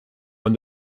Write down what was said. when